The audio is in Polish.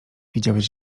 widziałeś